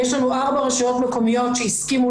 יש לנו ארבע רשויות מקומיות שהסכימו